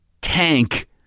tank